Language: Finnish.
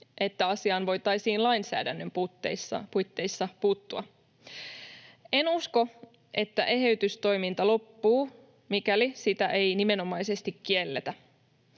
että asiaan voitaisiin lainsäädännön puitteissa puuttua. En usko, että eheytystoiminta loppuu, mikäli sitä ei nimenomaisesti kielletä.